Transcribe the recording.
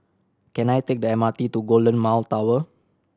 can I take the M R T to Golden Mile Tower